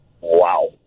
Wow